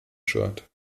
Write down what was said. shirt